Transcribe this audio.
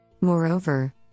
Moreover